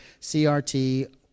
CRT